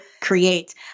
create